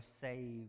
saved